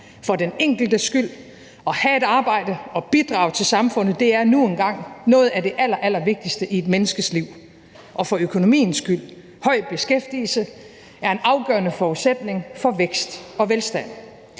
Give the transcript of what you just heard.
for den enkeltes skyld, for at have et arbejde og at bidrage til samfundet er nu engang noget af det allerallervigtigste i et menneskes liv. Og for økonomiens skyld, for høj beskæftigelse er en afgørende forudsætning for vækst og velstand.